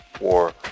War